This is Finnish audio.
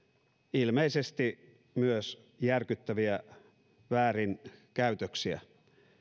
ilmeisesti myös järkyttäviä väärinkäytöksiä